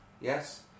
Yes